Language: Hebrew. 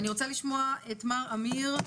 אני רוצה לשמוע את מר אמיר,